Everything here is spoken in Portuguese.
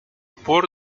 pôr